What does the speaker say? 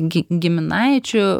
gi giminaičių